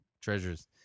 treasures